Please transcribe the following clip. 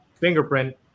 fingerprint